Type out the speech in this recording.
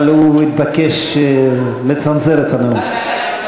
אבל הוא התבקש לצנזר את הנאום.